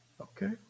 Okay